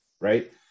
right